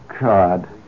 God